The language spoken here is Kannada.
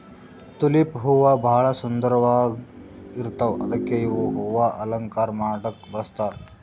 ತುಲಿಪ್ ಹೂವಾ ಭಾಳ್ ಸುಂದರ್ವಾಗ್ ಇರ್ತವ್ ಅದಕ್ಕೆ ಇವ್ ಹೂವಾ ಅಲಂಕಾರ್ ಮಾಡಕ್ಕ್ ಬಳಸ್ತಾರ್